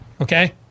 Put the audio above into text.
Okay